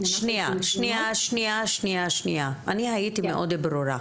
אני הייתי מאוד ברורה.